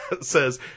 says